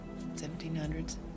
1700s